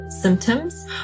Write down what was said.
symptoms